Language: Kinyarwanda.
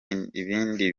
ibindi